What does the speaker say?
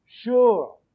sure